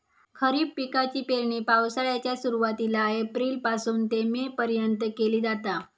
खरीप पिकाची पेरणी पावसाळ्याच्या सुरुवातीला एप्रिल पासून ते मे पर्यंत केली जाता